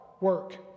work